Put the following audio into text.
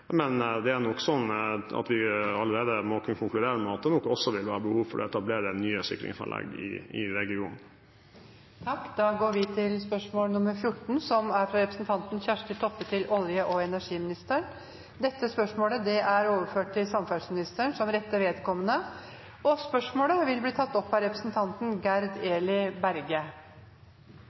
men det er nok sånn at vi allerede må kunne konkludere med at det også vil være behov for å etablere nye sikringsanlegg i regionen. Dette spørsmålet, fra representanten Kjersti Toppe til olje- og energiministeren, er overført til samferdselsministeren som rette vedkommende. Spørsmålet vil bli tatt opp av representanten Gerd Eli Berge